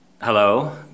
hello